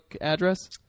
address